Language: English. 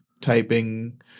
typing